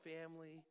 family